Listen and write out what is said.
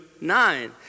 nine